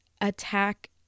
attack